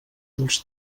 dels